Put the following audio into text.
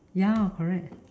ya correct